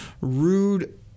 rude